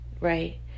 Right